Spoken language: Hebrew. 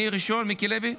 מי ראשון, מיקי לוי?